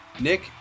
Nick